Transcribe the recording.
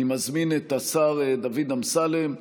אני מזמין את השר דוד אמסלם.